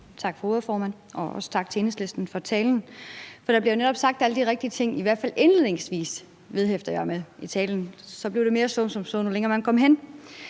Tak for ordet, formand. Og også tak til Enhedslisten for talen. For der bliver jo netop sagt alle de rigtige ting i talen, hæftede jeg mig ved, i hvert fald indledningsvis. Så blev det mere så som så, jo længere man kom hen